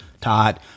Todd